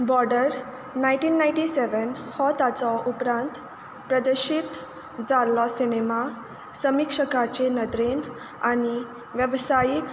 border nineteen ninety seven हो ताचो उपरांत प्रदर्शीत जाल्लो सिनेमा समिक्षकांचे नदरेन आनी वेवसायीक